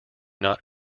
not